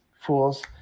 fools